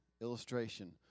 illustration